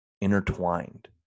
intertwined